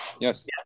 Yes